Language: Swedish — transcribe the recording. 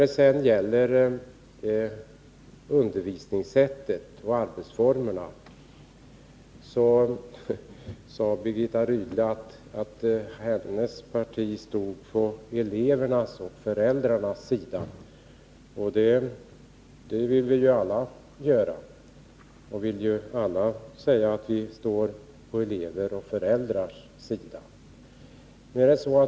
Beträffande undervisningssätt och arbetsformer sade Birgitta Rydle att hennes parti står på elevernas och föräldrarnas sida. Det vill vi alla göra. Vi vill alla säga att vi står på elevernas och föräldrarnas sida.